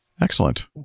Excellent